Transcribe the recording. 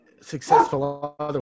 successful